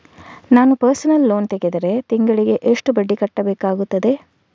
ನಾನು personal loan ತೆಗೆದರೆ ತಿಂಗಳಿಗೆ ಎಷ್ಟು ಬಡ್ಡಿ ಕಟ್ಟಬೇಕಾಗುತ್ತದೆ?